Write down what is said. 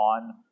on